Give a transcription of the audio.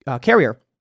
carrier